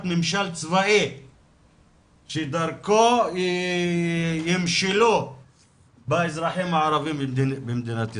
ממשל צבאי שדרכו ימשלו באזרחים הערבים במדינת ישראל.